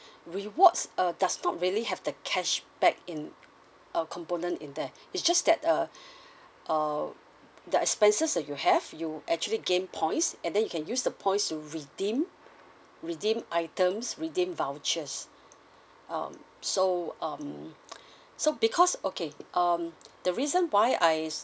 rewards err does not really have the cashback in uh component in there it's just that uh uh the expenses that you have you actually gain points and then you can use the points to redeem redeem items redeem vouchers um so um so because okay um the reason why I